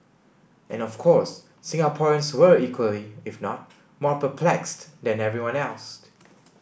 and of course Singaporeans were equally if not more perplexed than everyone else